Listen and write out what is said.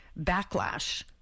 backlash